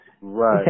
right